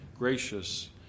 Gracious